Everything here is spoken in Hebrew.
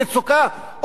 במצוקה.